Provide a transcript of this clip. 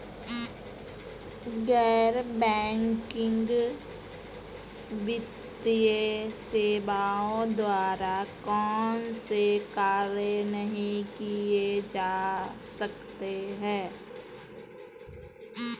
गैर बैंकिंग वित्तीय सेवाओं द्वारा कौनसे कार्य नहीं किए जा सकते हैं?